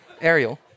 Ariel